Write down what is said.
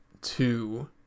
two